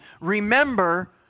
remember